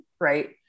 Right